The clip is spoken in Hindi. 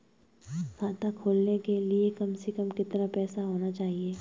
खाता खोलने के लिए कम से कम कितना पैसा होना चाहिए?